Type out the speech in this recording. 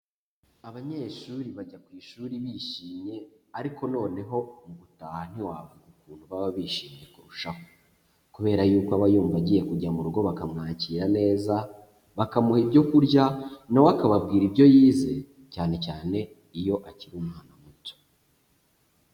Abanyeshuri bajya ku ishuri bishimye, ariko noneho mu gutaha ntiwavuga ukuntu baba bishimye kurushaho, kubera yuko aba yumva agiye kujya mu rugo bakamwakira neza, bakamuha ibyo kurya, na we akababwira ibyo yize, cyane cyane iyo akiri umwana muto.